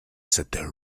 cette